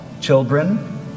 children